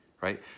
right